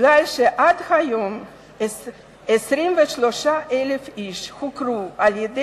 מכיוון שעד היום 23,000 איש הוכרו על-ידי